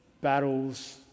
battles